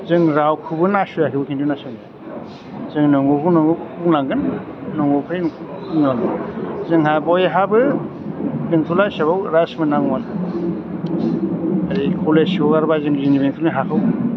जों रावखौबो नासयाखैबो खिन्तु नासयनाया जोङो नंगौखौ नंगौ बुंनांगोन नङैखौ नङै बुंनांगोन जोंहा बयहाबो बेंटला हिसाबाव राज मोननांगौमोन ओरै कलेज हगारबाय जों जोंनि बेंटलनि हाखौ